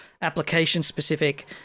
application-specific